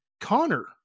Connor